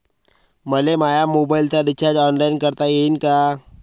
मले माया मोबाईलचा रिचार्ज ऑनलाईन करता येईन का?